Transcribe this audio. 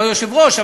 לא יושב-ראש,